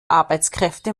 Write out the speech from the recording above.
arbeitskräfte